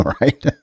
right